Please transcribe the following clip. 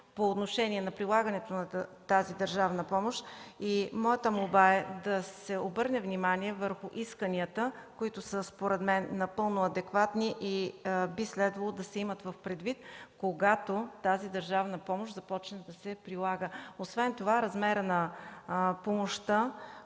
по отношение на прилагането на тази държавна помощ. Моята молба е да се обърне внимание върху исканията, които са напълно адекватни, според мен, и би следвало да се имат предвид, когато тази държавна помощ започне да се прилага. Освен това размерът на помощта,